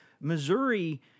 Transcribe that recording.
Missouri